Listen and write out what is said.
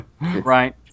Right